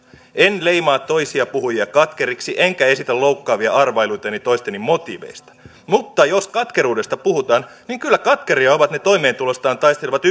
en leimaa toisia puhujia katkeriksi enkä esitä loukkaavia arvailuitani toisten motiiveista mutta jos katkeruudesta puhutaan niin kyllä katkeria ovat ne toimeentulostaan taistelevat